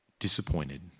disappointed